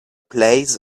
plays